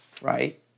right